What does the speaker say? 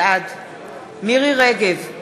בעד מירי רגב,